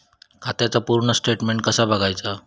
खात्याचा पूर्ण स्टेटमेट कसा बगायचा?